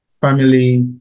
family